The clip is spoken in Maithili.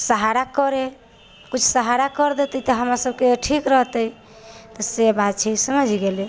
सहारा करै कुछ सहारा कर देतै तऽ हमरा सभके ठीक रहतै तऽ से बात छै समझ गेलियै